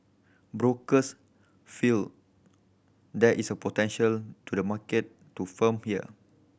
brokers feel there is potential to the market to firm here